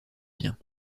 biens